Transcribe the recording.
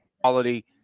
quality